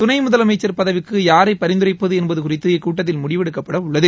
துணை முதலமைச்சர் பதவிக்கு யாரை பரிந்துரைப்பது என்பது குறித்து இக்கூட்டத்தில் முடிவெடுக்கப்பட உள்ளது